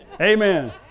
Amen